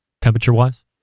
temperature-wise